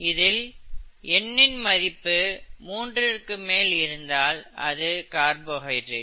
இதில் n இன் மதிப்பு மூன்று இருக்கு மேலே இருந்தால் அது கார்போஹைட்ரேட்